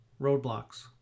Roadblocks